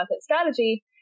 strategy